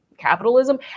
Capitalism